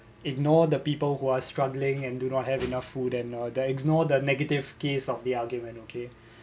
ignore the people who are struggling and do not have enough food and uh then ignore the negative case of the argument okay